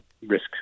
risk